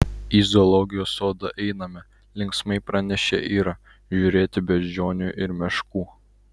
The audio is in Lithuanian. į zoologijos sodą einame linksmai pranešė ira žiūrėti beždžionių ir meškų